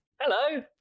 Hello